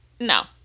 No